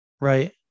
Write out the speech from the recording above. right